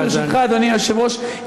ברשותך, אדוני היושב-ראש.